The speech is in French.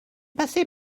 passé